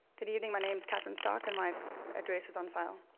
good evening, my name is catherine stark, and my address is on file.